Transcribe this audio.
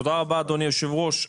תודה רבה, אדוני היושב-ראש.